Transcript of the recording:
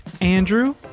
Andrew